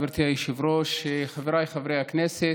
גברתי היושבת-ראש, חבריי חברי הכנסת,